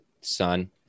son